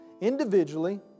individually